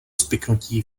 spiknutí